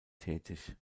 tätig